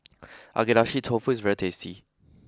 Agedashi Dofu is very tasty